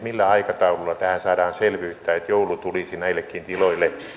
millä aikataululla tähän saadaan selvyyttä että joulu tulisi näillekin tiloille